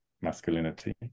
masculinity